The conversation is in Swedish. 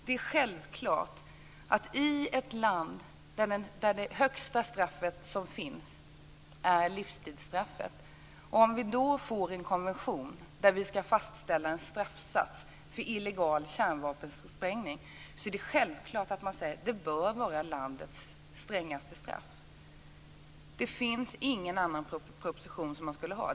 Om man i ett land där det högsta straff som finns är livsstraffet i en konvention ska fastställa en straffsats för illegal kärnvapensprängning, är det självklart att man säger att det bör vara landets strängaste straff. Det skulle inte finnas någon annan proposition.